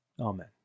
Amen